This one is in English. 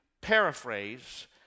paraphrase